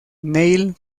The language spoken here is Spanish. neil